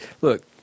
look